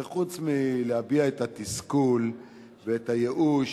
הרי חוץ מלהביע את התסכול ואת הייאוש,